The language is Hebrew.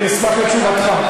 אני אשמח לתשובתך.